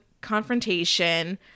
confrontation